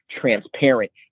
transparent